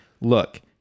look